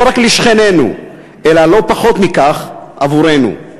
לא רק לשכנינו אלא לא פחות מכך עבורנו.